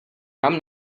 kam